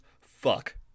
Fuck